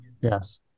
Yes